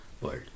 world